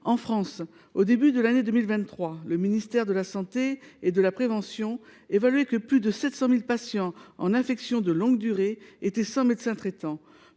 En France, au début de l’année 2023, le ministère de la santé et de la prévention estimait que plus de 700 000 patients en ALD étaient sans médecin traitant.